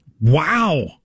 Wow